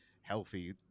healthy